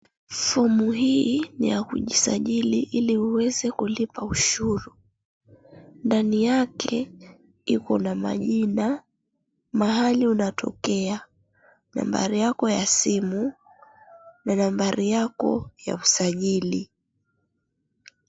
Fomu hii ya kujisajili ili uweze kulipa ushuru. Ndani yake iko na majina, mahali unatokea nabari yako ya simu na nabari yako ya usajili.